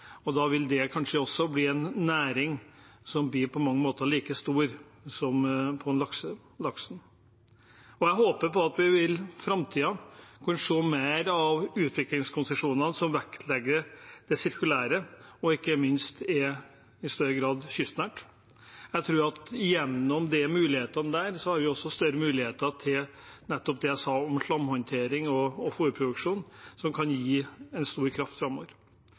og da vil det kanskje også bli en næring som blir like stor som laksen. Jeg håper at vi i framtiden vil kunne se mer av utviklingskonsesjoner som vektlegger det sirkulære og ikke minst i større grad er kystnært. Jeg tror at gjennom de mulighetene der har vi også større muligheter til nettopp det jeg sa om slamhåndtering og fôrproduksjon, som kan gi en stor kraft framover.